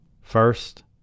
First